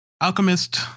alchemist